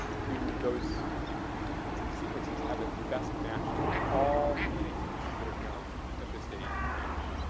do those sequences have a best match to, of all the dna sequences that are known at this day and age.